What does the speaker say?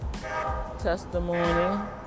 Testimony